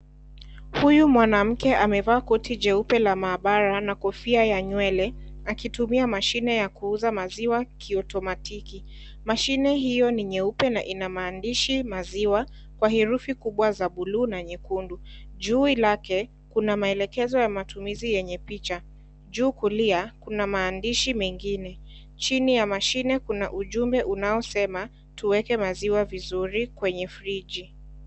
Huyu mwanamke amevaa koti jeupe la maabara na kofia ya nywele, akitumia machine ya kuuza maziwa kiotomatiki. Mashini hiyo ni nyeupe na ina maandishi maziwa, kwa herufi kubwa za buluu na nyekundu. Juu lake, kuna matumizi yenye pesa yenye picha. Juu kulia kuna maandishi mengine. Chini ya mashine kuna ujumbe unaosema, tuweke maziwa vizuri kwenye friji.